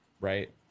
right